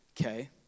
okay